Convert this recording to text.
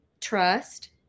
trust